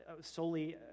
solely